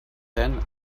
then